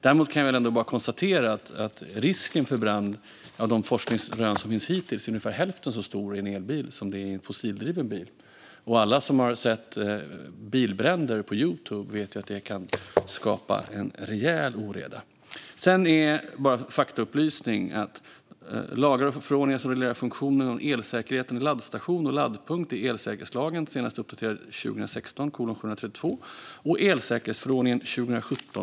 Jag kan konstatera att risken för brand, enligt de forskningsrön som finns hittills, är ungefär hälften så stor i en elbil som i en fossildriven bil. Alla som har sett bilbränder på Youtube vet ju att de kan skapa rejäl oreda. Jag vill också ge en faktaupplysning. Lagar och förordningar som reglerar funktionen och elsäkerheten vid laddstationer och laddpunkter är senast uppdaterade i elsäkerhetslagen och elsäkerhetsförordningen .